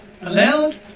allowed